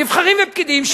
במגדל המים,